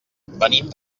venim